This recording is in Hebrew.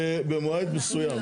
במועד מסוים.